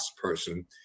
person